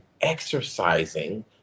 exercising